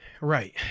right